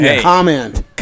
comment